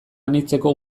anitzeko